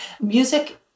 Music